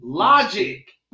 Logic